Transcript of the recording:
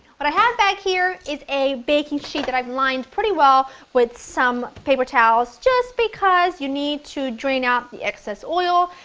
what i have back here is a baking sheet that i've lined pretty well with some paper towels just because you need to drain out the excess oil.